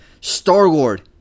Star-Lord